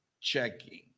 checking